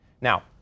Now